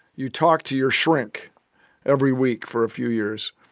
you talk to your shrink every week for a few years,